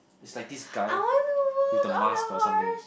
is like this guy with the mask or something